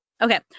Okay